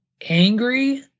angry